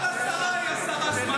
כל הסרה היא הסרה זמנית.